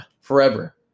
forever